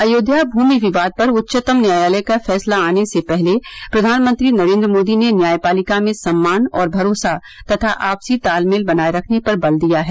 अयोध्या भूमि विवाद पर उच्चतम न्यायालय का फैसला आने से पहले प्रधानमंत्री नरेन्द्र मोदी ने न्यायपालिका में सम्मान और भरोसा तथा आपसी तालमेल बनाए रखने पर बल दिया है